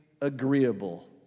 agreeable